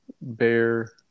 Bear